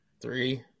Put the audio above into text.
Three